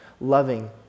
loving